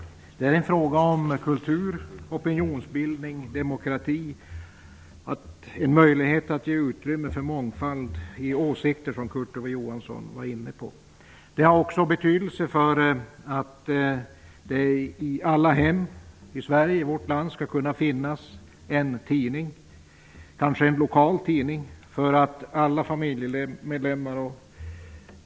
Tidningar står för kultur, opinionsbildning, demokrati och möjlighet att ge utrymme för mångfald i åsikter, som Kurt Ove Presstödet har betydelse för att det i alla hem i Sverige skall kunna finnas en tidning, kanske en lokaltidning, för alla familjemedlemmar.